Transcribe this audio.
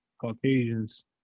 caucasians